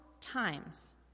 times